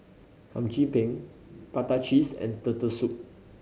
Hum Chim Peng prata cheese and Turtle Soup